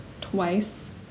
twice